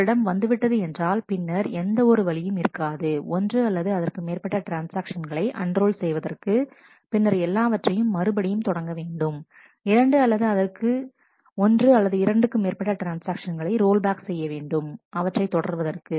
உங்களிடம் வந்துவிட்டது என்றால் பின்னர் எந்த ஒரு வழியும் இருக்காது ஒன்று அல்லது அதற்கு மேற்பட்ட ட்ரான்ஸ்ஆக்ஷன்களை அன்ரோல் செய்வதற்கு பின்னர் எல்லாவற்றையும் மறுபடியும் தொடங்க வேண்டும் இரண்டு அல்லது அதற்கு ஒன்று அல்லது இரண்டுக்கு மேற்பட்ட ட்ரான்ஸ்ஆக்ஷன்களை ரோல்பேக் செய்ய வேண்டும் அவற்றை தொடர்வதற்கு